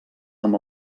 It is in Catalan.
amb